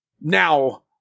Now